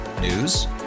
News